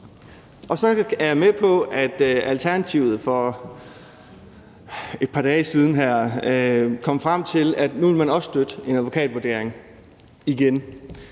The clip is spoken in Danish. om. Jeg er med på, at Alternativet for et par dage siden kom frem til, at man nu også ville støtte en advokatvurdering – igen.